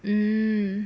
mm